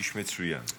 איש מצוין.